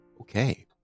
Okay